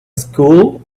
school